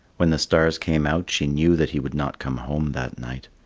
when the stars came out, she knew that he would not come home that night,